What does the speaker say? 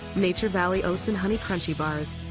nature valley oats and honey crunchy bars.